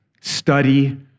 Study